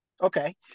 Okay